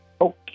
Okay